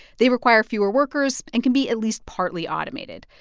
they require fewer workers and can be at least partly automated.